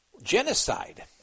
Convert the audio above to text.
Genocide